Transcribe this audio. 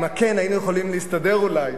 עם ה"כן" היינו יכולים להסתדר אולי,